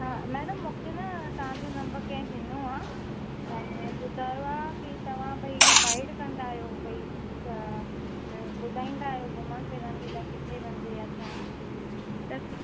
हा मैडम मूंखे न तव्हांजो नंबर कंहिं ॾिनो आहे ऐं ॿुधायो आहे की तव्हां भई हीअं गाइड कंदा आहियो भई त अ ॿुधाईंदा आहियो घुमण फिरण जे लाइ किथे वञिजे या छा त